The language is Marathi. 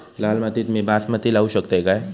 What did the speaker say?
लाल मातीत मी बासमती लावू शकतय काय?